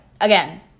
again